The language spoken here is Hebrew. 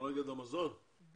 זה